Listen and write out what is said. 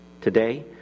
Today